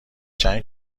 چند